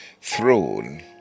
throne